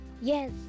Yes